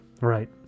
right